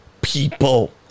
people